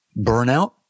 burnout